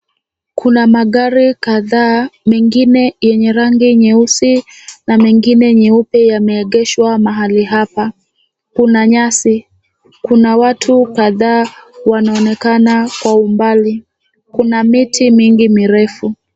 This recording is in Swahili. Kuna magari kadhaa mengine yenye rangi nyeusi na mengine nyeupe yameegeshwa mahali hapa. Kuna nyasi. Kuna watu kadhaa wanaonekana kwa umbali. Kuna miti mingi mirefu.